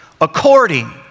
according